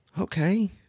okay